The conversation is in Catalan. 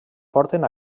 porten